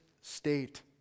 state